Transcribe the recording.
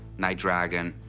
night dragon,